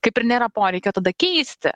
kaip ir nėra poreikio tada keisti